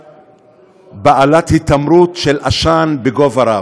לליבה בעלת היתמרות של עשן בגובה רב.